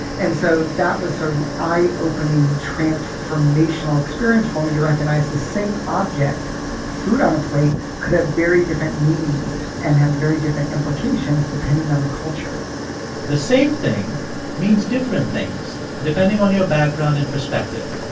and so that was sort of eye-opening, transformational experience for me to recognize the same object food on a plate could have very different meanings and have very different implications depending on the culture the same thing means different things depending on your background and perspective.